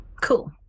cool